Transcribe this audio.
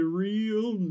real